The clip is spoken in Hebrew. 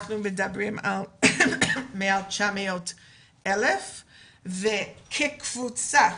אנחנו מדברים על מעל 900,000 וכקבוצה,